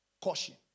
Caution